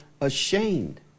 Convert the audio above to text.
ashamed